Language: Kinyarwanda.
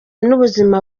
n’ubuzima